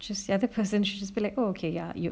she's the other person she's been like oh okay ya you